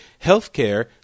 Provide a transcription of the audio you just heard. healthcare